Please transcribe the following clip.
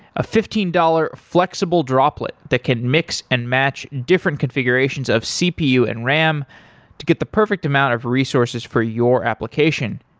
a fifteen dollars flexible droplet that can mix and match different configurations of cpu and ram to get the perfect amount of resources for your application.